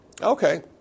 Okay